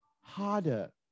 harder